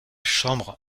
chambre